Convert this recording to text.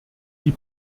die